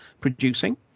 producing